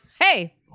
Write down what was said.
Hey